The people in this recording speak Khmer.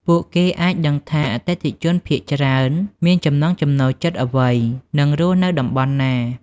ពួកគេអាចដឹងថា អតិថិជនភាគច្រើនមានចំណង់ចំណូលចិត្តអ្វី និងរស់នៅតំបន់ណា។